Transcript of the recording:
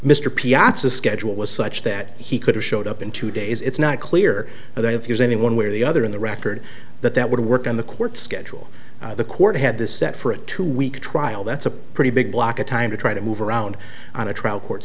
piazza schedule was such that he could have showed up in two days it's not clear whether there's any one way or the other in the record that that would work on the court schedule the court had this set for a two week trial that's a pretty big block of time to try to move around on a trial court